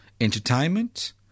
Entertainment